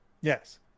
Yes